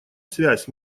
связь